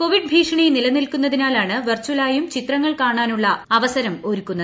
Covid ഭീഷണി നിലനിൽക്കുന്നതിനാലാണ് വെർചലായും ചിത്രങ്ങൾ കാണാനുള്ള അവസരം ഒരുക്കുന്നത്